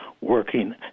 working